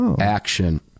Action